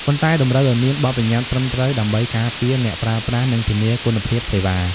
ប៉ុន្តែតម្រូវឱ្យមានបទប្បញ្ញត្តិត្រឹមត្រូវដើម្បីការពារអ្នកប្រើប្រាស់ និងធានាគុណភាពសេវា។